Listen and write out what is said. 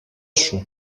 σου